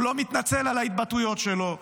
הוא לא מתנצל על ההתבטאויות שלו,